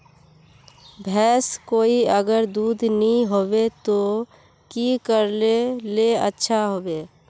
भैंस कोई अगर दूध नि होबे तो की करले ले अच्छा होवे?